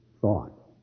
thought